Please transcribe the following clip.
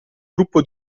gruppo